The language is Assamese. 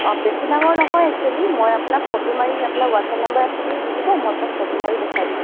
বেছি ডাঙৰ নহয় একচুয়েলি মই আপোনাক ফট' মাৰি আপোনাক হোৱাটছাপ নম্বৰ আছে যদি দি দিব মই আপোনাক ফট' মাৰি দেখুৱাই দিম